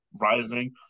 rising